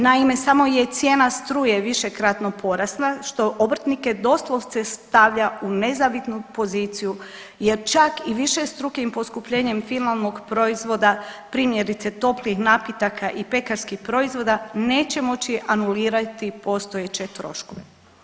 Naime, samo je cijena struje višekratno porasla, što obrtnike doslovce stavlja u nezavidnu poziciju jer čak i višestrukim poskupljenjem finalnog proizvoda primjerice toplih napitaka i pekarskih proizvoda neće moći anulirati postojeće troškove.